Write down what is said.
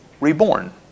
reborn